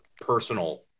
personal